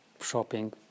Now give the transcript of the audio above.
shopping